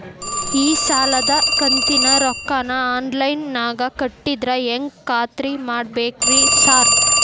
ಈ ಸಾಲದ ಕಂತಿನ ರೊಕ್ಕನಾ ಆನ್ಲೈನ್ ನಾಗ ಕಟ್ಟಿದ್ರ ಹೆಂಗ್ ಖಾತ್ರಿ ಮಾಡ್ಬೇಕ್ರಿ ಸಾರ್?